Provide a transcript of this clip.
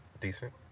decent